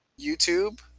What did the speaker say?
YouTube